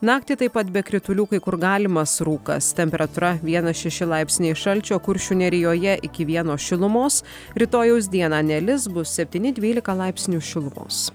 naktį taip pat be kritulių kai kur galimas rūkas temperatūra vienas šeši laipsniai šalčio kuršių nerijoje iki vieno šilumos rytojaus dieną nelis bus septyni dvylika laipsnių šilumos